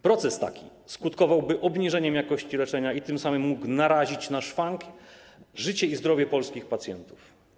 Proces taki skutkowałby obniżeniem jakości leczenia i tym samym mógł narazić na szwank życie i zdrowie polskich pacjentów.